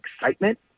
excitement